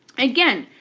again,